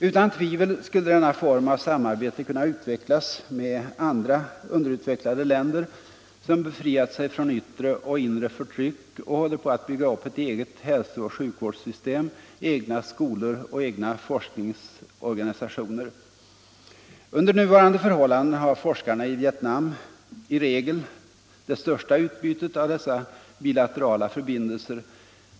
Utan tvivel skulle denna form av samarbete kunna utvecklas med andra underutvecklade länder som befriat sig från yttre och inre förtryck och håller på att bygga upp ett eget hälsooch sjukvårdssystem, egna skolor och egna forskningsorganisationer. Under nuvarande förhållanden har forskarna i Vietnam i regel det största utbytet av dessa bilaterala förbindelser.